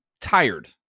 tired